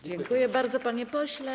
Dziękuję bardzo, panie pośle.